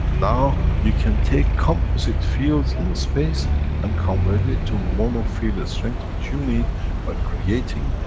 now you can take composite fields in space and convert it to mono field-strength which you need by creating,